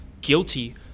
guilty